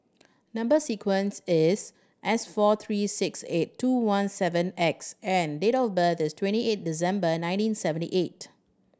number sequence is S four three six eight two one seven X and date of birth is twenty eighth December nineteen seventy eight